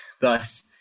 Thus